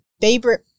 favorite